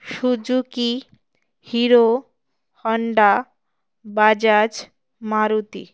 Suzuki Hero Honda Bajaj Maruti